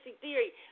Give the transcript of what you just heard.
theory